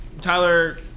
Tyler